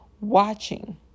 watching